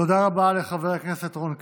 תודה רבה לחבר הכנסת רון כץ.